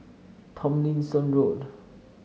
Tomlinson Road